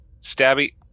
Stabby